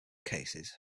cases